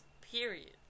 period